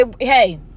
hey